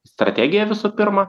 strategiją visų pirma